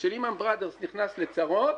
וכש-Lehman Brothers נכנס לצרות,